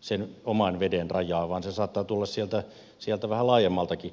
sen oman veden rajaa vaan se saattaa tulla sieltä vähän laajemmaltakin alueelta